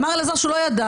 אמר אלעזר שהוא לא ידע,